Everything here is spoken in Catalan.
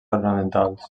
ornamentals